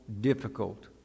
difficult